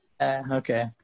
okay